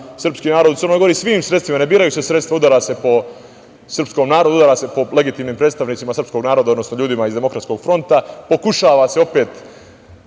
srpski narod u Crnoj Gori svi sredstvima. Ne biraju se sredstva. Udare se po srpskom narodu. Udara se po legitimnim predstavnicima srpskog naroda, odnosno ljudima iz Demokratskog fronta. Pokušava se opet